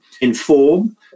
inform